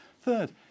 Third